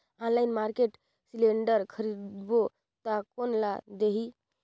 Online market cylinder खरीदबो ता कोन ला देही?